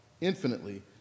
infinitely